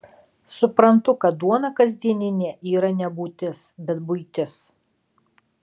suprantu kad duona kasdieninė yra ne būtis bet buitis